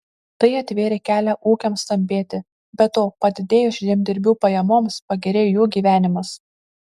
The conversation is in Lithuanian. tai atvėrė kelią ūkiams stambėti be to padidėjus žemdirbių pajamoms pagerėjo jų gyvenimas